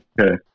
Okay